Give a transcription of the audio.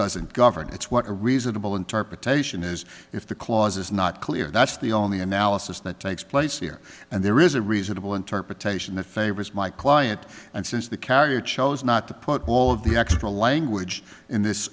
doesn't govern it's what a reasonable interpretation is if the clause is not clear that's the only analysis that takes place here and there is a reasonable interpretation that favors my client and since the carrier chose not to put all of the extra language in this